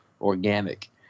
organic